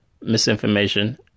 misinformation